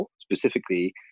specifically